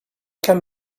can